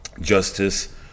justice